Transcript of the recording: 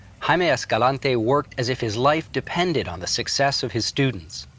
jaime escalante worked as if his life depended on the success of his students.